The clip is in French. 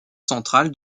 central